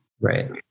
Right